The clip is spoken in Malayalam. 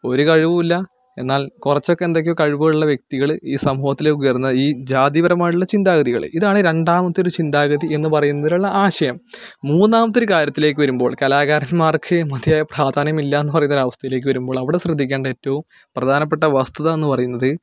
ഒരു കഴിവുമില്ല എന്നാൽ കുറച്ചൊക്കെ എന്തൊക്കെയോ കഴിവുകളുള്ള വ്യക്തികൾ ഈ സമൂഹത്തിലേക്ക് ഉയർന്ന് ഈ ജാതിപരമായിട്ടുള്ള ചിന്താഗതികളെ ഇതാണ് രണ്ടാമത്തെ ഒരു ചിന്താഗതി എന്ന് പറയുന്നതിനുള്ള ആശയം മൂന്നാമത്തെ ഒരു കാര്യത്തിലേക്ക് വരുമ്പോൾ കലാകാരന്മാർക്ക് മതിയായ പ്രാധാന്യമില്ല എന്ന് പറയുന്ന ഒരു അവസ്ഥയിലേക്ക് വരുമ്പോൾ അവിടെ ശ്രദ്ധിക്കേണ്ട ഏറ്റവും പ്രധാനപ്പെട്ട വസ്തുത എന്ന് പറയുന്നത്